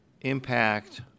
impact